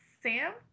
Sam